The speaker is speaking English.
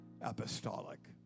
apostolic